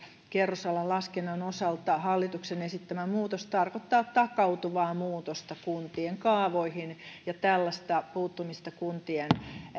kerrosalan laskennan osalta hallituksen esittämä muutos tarkoittaa takautuvaa muutosta kuntien kaavoihin ja tällaista puuttumista kuntien